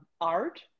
art